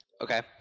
Okay